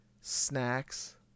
Snacks